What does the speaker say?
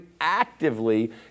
actively